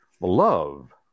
love